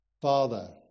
Father